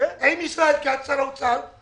עם שר האוצר ישראל כץ,